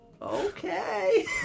okay